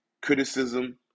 criticism